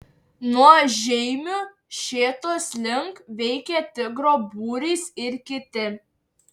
nuo žeimių šėtos link veikė tigro būrys ir kiti